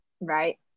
Right